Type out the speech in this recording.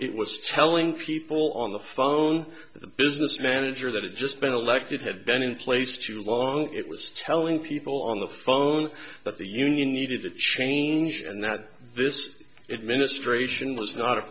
it was telling people on the phone the business manager that had just been elected had been in place too long it was telling people on the phone that the union needed to change and that this administration was not